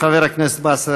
חבר הכנסת באסל